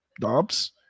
Dobbs